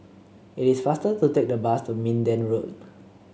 it is faster to take the bus to Minden Road